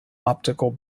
optical